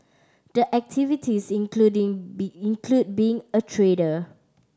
the activities including be include being a trader